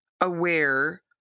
aware